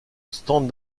stands